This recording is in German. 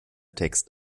text